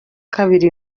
kabiri